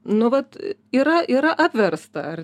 nu vat yra yra apversta ar